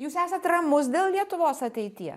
jūs esat ramus dėl lietuvos ateities